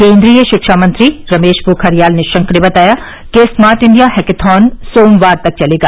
केन्द्रीय शिक्षा मंत्री रमेश पोखरियाल निशंक ने बताया कि स्मार्ट इंडिया हैकेथॉन सोमवार तक चलेगा